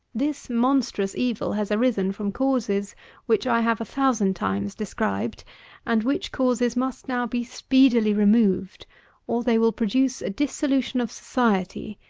this monstrous evil has arisen from causes which i have a thousand times described and which causes must now be speedily removed or, they will produce a dissolution of society,